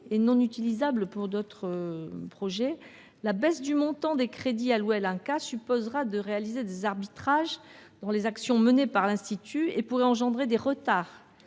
et non utilisables pour d’autres projets, la baisse du montant des crédits alloués à l’INCa supposera de réaliser des arbitrages dans les actions menées par ce dernier et pourrait engendrer des retards